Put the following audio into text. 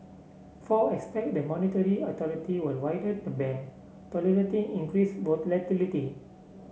four expect the monetary authority will widen the band tolerating increased volatility